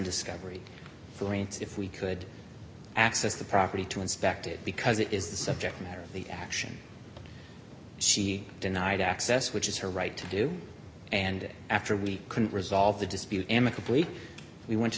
discovery if we could access the property to inspect it because it is the subject matter of the action she denied access which is her right to do and after we couldn't resolve the dispute amicably we went to